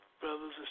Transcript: Brothers